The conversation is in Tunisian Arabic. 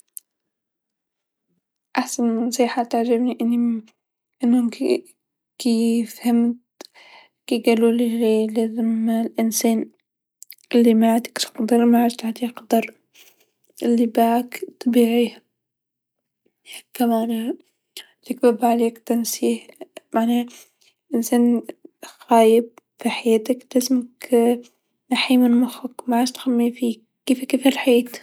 أحسن نصيحه تعجبني أني أنو كي كفهمت كي قالولي لازم الإنسان لميعطيكش قدر معادش تعطيه قدر، لباعك تبيعيه، هاكا معناها لكذب عليك تنسيه معناه إنسان خايب في حياتك لازم تنحيه من مخك معادش تخمي فيه كيفك كيف الحياة.